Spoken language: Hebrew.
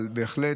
אבל בהחלט,